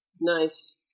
Nice